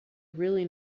really